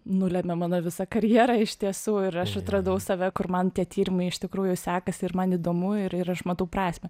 nulėmė mano visą karjerą iš tiesų ir aš atradau save kur man tie tyrimai iš tikrųjų sekas ir man įdomu ir ir aš matau prasmę